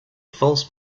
false